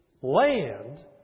land